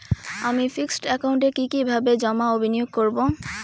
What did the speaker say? আমি ফিক্সড একাউন্টে কি কিভাবে জমা ও বিনিয়োগ করব?